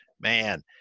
man